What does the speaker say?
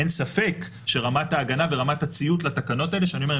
אין ספק שרמת ההגנה ורמת הציות לתקנות האלה שאני אומר,